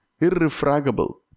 irrefragable